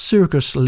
Circus